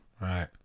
Right